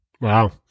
Wow